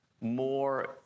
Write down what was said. more